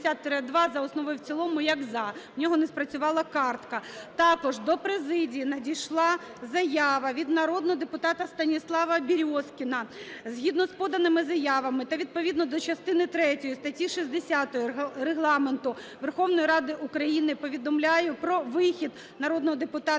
відповідно до частини третьої статті 60 Регламенту Верховної Ради України повідомляю про вихід народного депутата